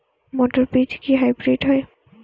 মটর বীজ কি হাইব্রিড হয়?